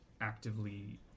actively